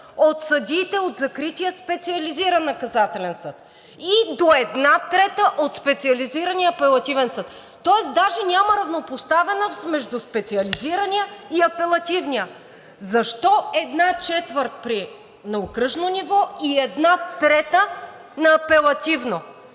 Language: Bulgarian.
от съдиите от закрития Специализиран наказателен съд и до една трета от Специализирания апелативен съд. Тоест даже няма равнопоставеност между Специализирания и Апелативния съд. Защо една четвърт – на окръжно ниво, и една трета – на апелативно?